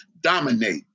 dominate